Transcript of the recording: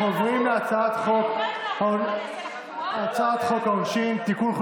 אנחנו עוברים להצעת חוק העונשין (תיקון,